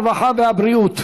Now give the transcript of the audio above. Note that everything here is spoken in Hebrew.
הרווחה והבריאות.